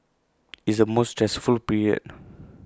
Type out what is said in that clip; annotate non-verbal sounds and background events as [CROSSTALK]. [NOISE] is the most stressful period